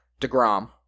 DeGrom